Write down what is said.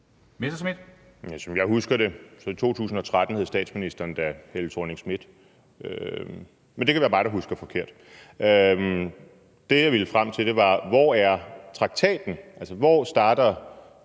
jeg husker det, hed statsministeren i 2013 da Helle Thorning Schmidt, men det kan være mig, der husker forkert. Det, jeg ville frem til, var: Hvor er traktaten, altså hvor er